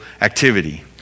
activity